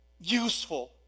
useful